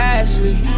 Ashley